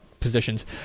positions